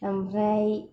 ओमफ्राय